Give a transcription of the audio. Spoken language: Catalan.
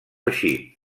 així